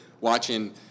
watching